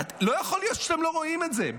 לא יכול להיות שאתם לא רואים את זה,